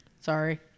sorry